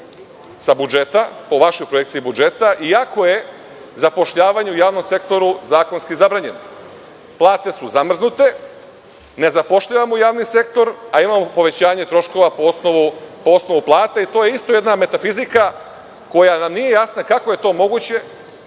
sa budžeta, po vašoj projekciji budžeta, iako je zapošljavanje u javnom sektoru zakonski zabranjeno. Plate su zamrznute, ne zapošljavamo u javni sektor, a imamo povećanje troškova po osnovu plate. To je isto jedna metafizika koja nam nije jasna. Kako je to moguće?